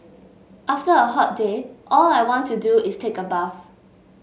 after a hot day all I want to do is take a bath